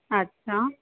अच्छा